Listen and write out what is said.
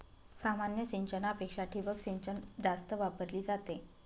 सामान्य सिंचनापेक्षा ठिबक सिंचन जास्त वापरली जाते